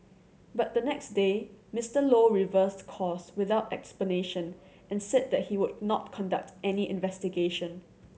but the next day Mister Low reversed course without explanation and said that he would not conduct any investigation